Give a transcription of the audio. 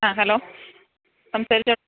ആ ഹലോ സംസാരിച്ചോ